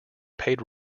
paid